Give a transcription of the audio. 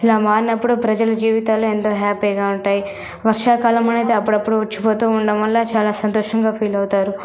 ఇలా మారినప్పుడు ప్రజలు జీవితంలో ఎంతో హ్యాపీగా ఉంటాయి వర్షాకాలమనేది అప్పుడప్పుడు వచ్చి పోతూ ఉండడం వల్ల చాలా సంతోషంగా ఫీల్ అవుతారు